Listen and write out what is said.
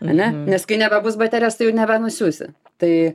ane nes kai nebebus baterijos tai jau nebenusiųsi tai